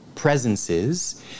presences